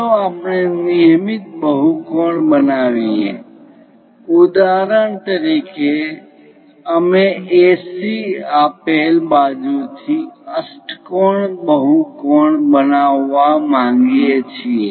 ચાલો આપણે નિયમિત બહુકોણ બનાવીએ ઉદાહરણ તરીકે અમે AC આપેલ બાજુથી અષ્ટકોણ બહુકોણ બનાવવા માંગીએ છીએ